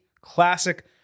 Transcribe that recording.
Classic